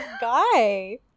guy